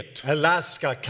Alaska